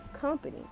company